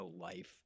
life